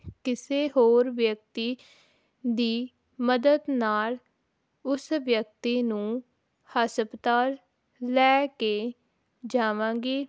ਕਿਸੇ ਹੋਰ ਵਿਅਕਤੀ ਦੀ ਮਦਦ ਨਾਲ ਉਸ ਵਿਅਕਤੀ ਨੂੰ ਹਸਪਤਾਲ ਲੈ ਕੇ ਜਾਵਾਂਗੀ